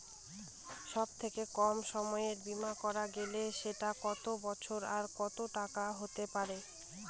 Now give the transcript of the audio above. সব থেকে কম সময়ের বীমা করা গেলে সেটা কত বছর আর কত টাকার হতে পারে?